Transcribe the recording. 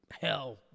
Hell